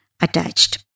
attached